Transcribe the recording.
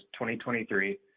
2023